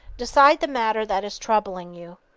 decide the matter that is troubling you.